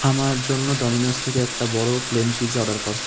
আমার জন্য ডমিনোস থেকে একটা বড়ো প্লেন পিৎজা অর্ডার কর